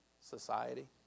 society